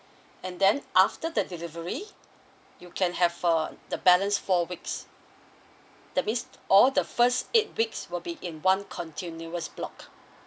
and then after the delivery you can have uh the balance four weeks that means all the first eight weeks will be in one continuous block